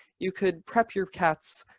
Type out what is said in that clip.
you could prep your cats,